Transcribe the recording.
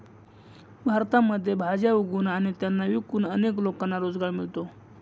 भारतामध्ये भाज्या उगवून आणि त्यांना विकून अनेक लोकांना रोजगार मिळतो